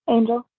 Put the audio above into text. Angel